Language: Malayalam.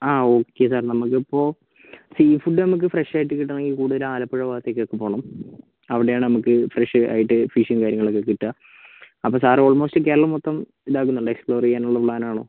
ആ ഓക്കെ സാർ നമ്മൾക്കിപ്പോൾ സീ ഫുഡ്ഡ് നമ്മൾക്ക് ഫ്രഷായിട്ട് കിട്ടണമെങ്കിൽ കൂടുതല് ആലപ്പുഴ ഭാഗത്തേക്കൊക്കെ പോകണം അവിടെയാണ് നമുക്ക് ഫ്രഷ് ആയിട്ട് ഫിഷും കാര്യങ്ങളൊക്കെ കിട്ടുക അപ്പോൾ സാറ് ഓൾമോസ്റ്റ് കേരളം മൊത്തം ഇതാക്കുന്നുണ്ടോ എക്സ്പ്ലോർ ചെയ്യാനുള്ള പ്ലാനാണോ